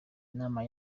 inama